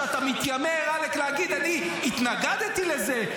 שאתה מתיימר עלק להגיד: אני התנגדתי לזה,